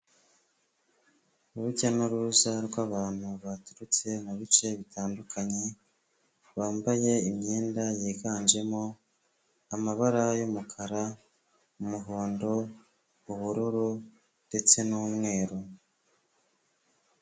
Urujya n'uruza rw'abantu baturutse mu bice bitandukanye bambaye imyenda yiganjemo amabara y'umukara, umuhondo, ubururu ndetse n'umweru.